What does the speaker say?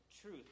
truth